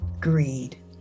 Greed